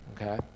Okay